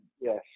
yes